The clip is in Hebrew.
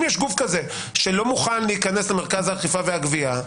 אם יש גוף כזה שלא מוכן להיכנס למרכז האכיפה והגבייה,